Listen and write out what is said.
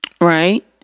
right